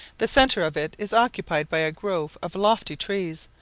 the centre of it is occupied by a grove of lofty trees,